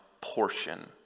portion